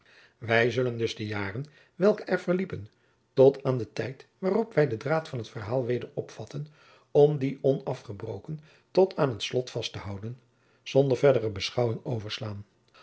wij zullen dus de jaren welke er verjacob van lennep de pleegzoon liepen tot aan den tijd waarop wij den draad van het verhaal weder opvatten om dien onafgebroken tot aan het slot vast te houden zonder verdere beschouwing overslaan